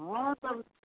हँ तऽ